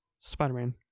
Spider-Man